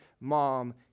mom